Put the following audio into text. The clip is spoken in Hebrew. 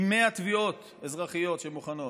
עם 100 תביעות אזרחיות שמוכנות,